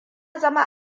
zama